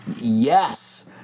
Yes